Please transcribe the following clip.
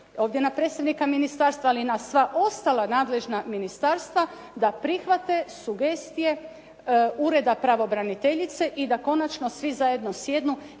ovdje na predsjednika ministarstva, ali i na sva ostala nadležna ministarstva da prihvate sugestije Ureda pravobraniteljice i da konačno svi zajedno sjednu